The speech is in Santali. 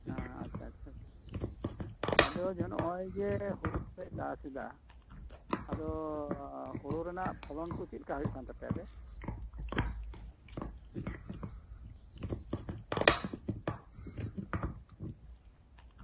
ᱟᱪᱪᱷᱟ ᱟᱪᱪᱷᱟ ᱟᱪᱪᱷᱟ ᱟᱫᱚ ᱦᱚᱸᱜᱼᱚᱭ ᱡᱮ ᱦᱩᱲᱩ ᱞᱮ ᱪᱟᱥᱮᱫᱟ ᱟᱫᱚ ᱦᱩᱲᱩ ᱨᱮᱱᱟᱜ ᱯᱷᱚᱞᱚᱱ ᱠᱚ ᱪᱮᱫᱞ ᱮᱠᱟ ᱦᱩᱭᱩᱜ ᱠᱟᱱ ᱛᱟᱯᱮᱭᱟ ᱟᱯᱮ